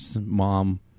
mom